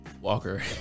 Walker